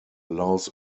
allows